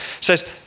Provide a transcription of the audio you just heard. says